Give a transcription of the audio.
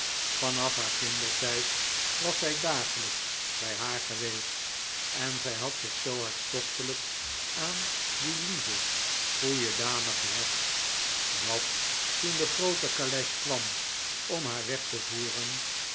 vanaf haar kindertijd was zij dagelijks bij haar geweest en zij had zich zoo hartstochtelijk aan die lieve goeie dame gehecht dat toen de groote caleche kwam om haar weg te voeren